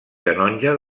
canonge